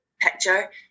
picture